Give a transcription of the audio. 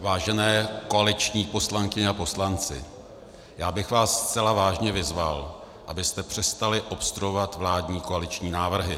Vážené koaliční poslankyně a poslanci, já bych vás zcela vážně vyzval, abyste přestali obstruovat vládní koaliční návrhy.